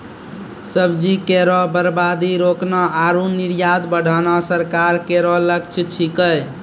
सब्जी केरो बर्बादी रोकना आरु निर्यात बढ़ाना सरकार केरो लक्ष्य छिकै